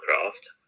craft